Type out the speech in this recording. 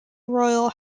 royal